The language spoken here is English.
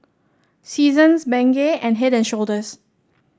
Seasons Bengay and Head And Shoulders